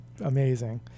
amazing